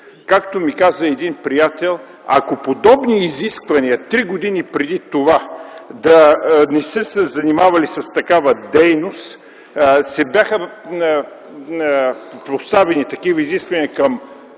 Както ми каза един приятел: „Ако подобни изисквания три години преди това да не са се занимавали с такава дейност бяха поставени към министрите